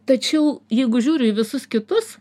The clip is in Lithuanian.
tačiau jeigu žiūriu į visus kitus